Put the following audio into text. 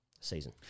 season